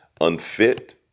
unfit